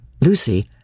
Lucy